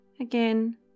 again